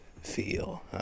feel